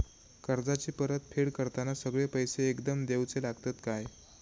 कर्जाची परत फेड करताना सगळे पैसे एकदम देवचे लागतत काय?